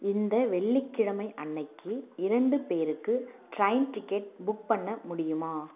இந்த வெள்ளிக்கிழமை அன்றைக்கி இரண்டு பேருக்கு ட்ரைன் டிக்கெட் புக் பண்ண முடியுமா